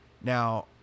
now